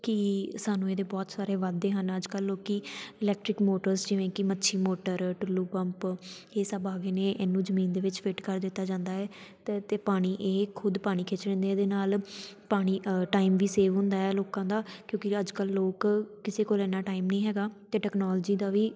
ਕਿ ਸਾਨੂੰ ਇਹਦੇ ਬਹੁਤ ਸਾਰੇ ਵਾਧੇ ਹਨ ਅੱਜ ਕੱਲ੍ਹ ਲੋਕ ਇਲੈਕਟ੍ਰਿਕ ਮੋਟਰਸ ਜਿਵੇਂ ਕਿ ਮੱਛੀ ਮੋਟਰ ਟੁੱਲੂ ਪੰਪ ਇਹ ਸਭ ਆ ਗਏ ਨੇ ਇਹਨੂੰ ਜ਼ਮੀਨ ਦੇ ਵਿੱਚ ਫਿੱਟ ਕਰ ਦਿੱਤਾ ਜਾਂਦਾ ਹੈ ਅਤੇ ਅਤੇ ਪਾਣੀ ਇਹ ਖੁਦ ਪਾਣੀ ਖਿੱਚ ਲੈਂਦੇ ਇਹਦੇ ਨਾਲ਼ ਪਾਣੀ ਟਾਈਮ ਵੀ ਸੇਵ ਹੁੰਦਾ ਹੈ ਲੋਕਾਂ ਦਾ ਕਿਉਂਕਿ ਅੱਜ ਕੱਲ੍ਹ ਲੋਕ ਕਿਸੇ ਕੋਲ ਇੰਨਾਂ ਟਾਈਮ ਨਹੀਂ ਹੈਗਾ ਅਤੇ ਟੈਕਨੋਲੋਜੀ ਦਾ ਵੀ